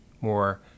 more